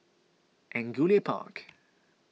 Angullia Park